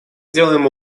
делаем